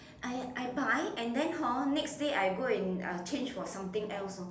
I I buy and then hor next day I go and uh change for something else lor